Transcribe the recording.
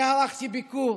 אני ערכתי ביקור